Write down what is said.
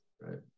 right